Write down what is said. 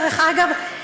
דרך אגב,